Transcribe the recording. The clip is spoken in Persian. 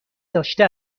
داشته